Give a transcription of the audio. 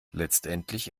letztendlich